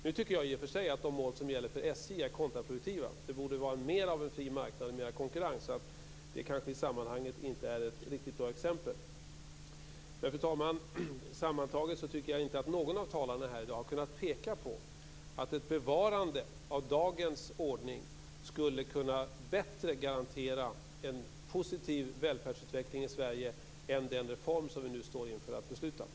Jag tycker i och för sig att de mål som gäller för SJ är kontraproduktiva - det borde vara mer av fri marknad och mera konkurrens - så detta är kanske inte är ett riktigt bra exempel i sammanhanget. Fru talman! Sammantaget tycker jag inte att någon av talarna här i dag har kunnat peka på att ett bevarande av dagens ordning bättre skulle kunna garantera en positiv välfärdsutveckling i Sverige än den reform som vi nu står inför att besluta om.